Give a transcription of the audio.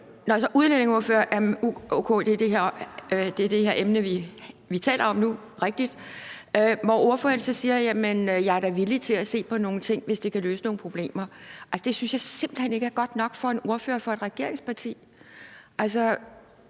rigtigt, at det er det emne, vi taler om nu, og ordføreren siger så, at han er villig til at se på nogle ting, hvis det kan løse nogle problemer. Det synes jeg simpelt hen ikke er godt nok for en ordfører for et regeringsparti.